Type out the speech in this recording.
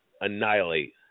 annihilate